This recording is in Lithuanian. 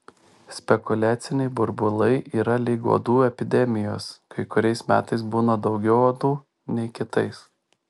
spekuliaciniai burbulai yra lyg uodų epidemijos kai kuriais metais būna daugiau uodų nei kitais